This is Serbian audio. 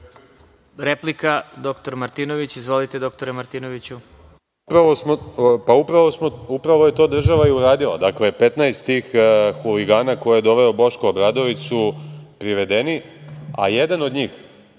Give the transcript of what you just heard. doktor Martinović. Izvolite. **Aleksandar Martinović** Upravo je to država i uradila. Dakle, 15 tih huligana koje je doveo Boško Obradović su privedeni. Jedan od njih,